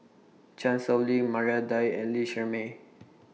Chan Sow Lin Maria Dyer and Lee Shermay